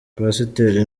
pasiteri